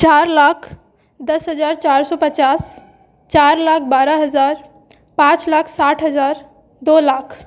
चार लाख दस हज़ार चार सौ पचास चार लाख बारह हज़ार पाँच लाख साठ हज़ार दो लाख